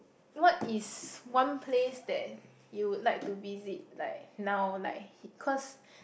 what is one place that you would like to visit like now like h~ cause